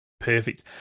Perfect